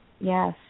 Yes